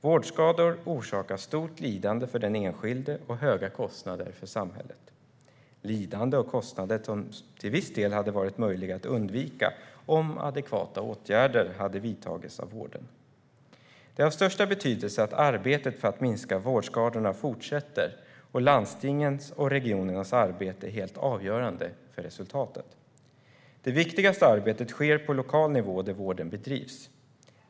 Vårdskador orsakar stort lidande för den enskilde och höga kostnader för samhället - lidande och kostnader som till viss del hade varit möjliga att undvika om adekvata åtgärder hade vidtagits av vården. Det är av största betydelse att arbetet för att minska vårdskadorna fortsätter, och landstingens och regionernas arbete är helt avgörande för resultatet. Det viktigaste arbetet sker på lokal nivå där vården bedrivs.